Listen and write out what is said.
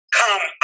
come